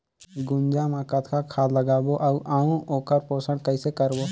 गुनजा मा कतना खाद लगाबो अउ आऊ ओकर पोषण कइसे करबो?